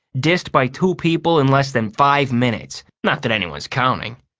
dissed by two people in less than five minutes. not that anyone's counting.